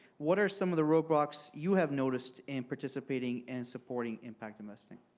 what are some of the roadblocks you have noticed in participating and supporting impact investing?